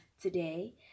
today